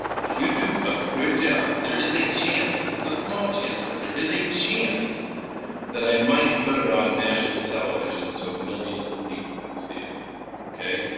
if you do a good job, there is a chance. it's a small chance, but there is a chance that i might put it on national television so millions of people could see it okay?